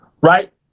right